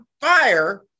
fire